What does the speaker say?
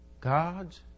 God's